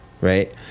right